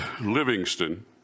Livingston